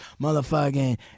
motherfucking